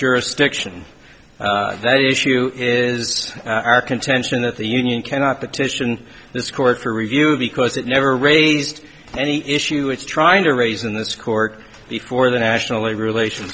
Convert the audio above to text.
jurisdiction very issue is our contention that the union cannot petition this court for review because it never raised any issue it's trying to raise in this court before the national labor relations